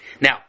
Now